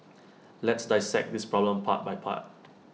let's dissect this problem part by part